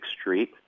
street